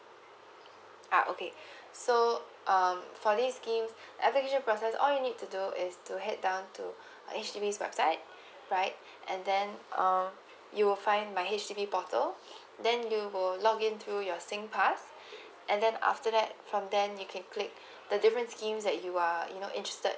ah okay so um for this scheme under process all you need to do is to head down to H_D_B website right and then um you will find my H_D_B portal then you will log in through your sing pass and then after that from then you can click the different scheme that you are you know interested